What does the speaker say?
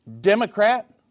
Democrat